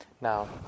now